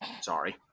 Sorry